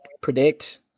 predict